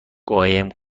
قایم